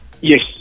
Yes